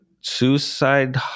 suicide